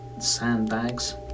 sandbags